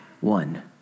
one